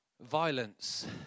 violence